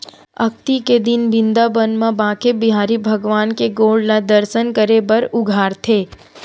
अक्ती के दिन बिंदाबन म बाके बिहारी भगवान के गोड़ ल दरसन करे बर उघारथे